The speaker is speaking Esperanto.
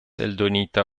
eldonita